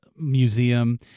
museum